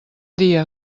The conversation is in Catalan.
dia